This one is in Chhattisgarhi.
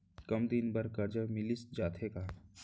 कम दिन बर करजा मिलिस जाथे का?